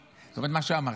זה מה שאמרתי.